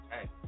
Hey